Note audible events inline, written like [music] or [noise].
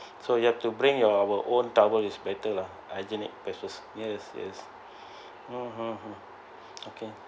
so you have to bring your our own towel is better lah hygienic basis yes yes yes mm mm mm okay [noise]